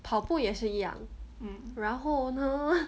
跑步也是一样然后呢